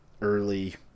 early